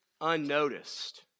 unnoticed